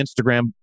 Instagram